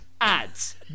Ads